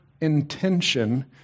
intention